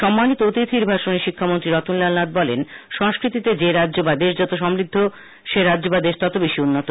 সম্মানিত অতিখির ভাষণে শিক্ষামন্ত্রী রতনলাল নাথ বলেন সংস্কৃতিতে যে রাজ্য বা দেশ যত বেশি সমৃদ্ধ সে রাজ্য বা দেশ তত বেশি উন্নত